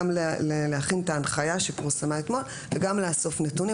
גם להכין את ההנחיה שפורסמה אתמול וגם לאסוף נתונים.